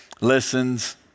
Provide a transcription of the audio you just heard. listens